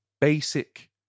basic